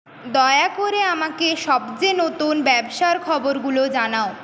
দয়া করে আমাকে সবচেয়ে নতুন ব্যবসার খবরগুলো জানাও